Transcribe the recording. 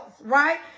right